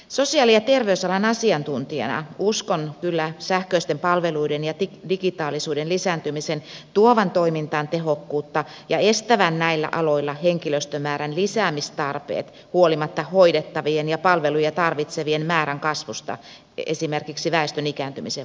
sosiaali ja terveysalan asiantuntijana uskon kyllä sähköisten palveluiden ja digitaalisuuden lisääntymisen tuovan toimintaan tehokkuutta ja estävän näillä aloilla henkilöstömäärän lisäämistarpeet huolimatta hoidettavien ja palveluja tarvitsevien määrän kasvusta esimerkiksi väestön ikääntymisen vuoksi